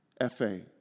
F-A